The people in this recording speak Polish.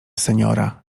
seniora